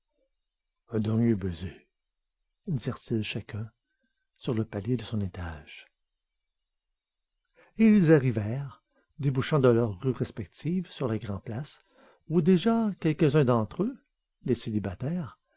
un dernier baiser dirent-ils chacun sur le palier de son étage et ils arrivèrent débouchant de leurs rues respectives sur la grand'place où déjà quelques-uns d'entre eux